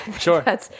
Sure